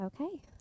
okay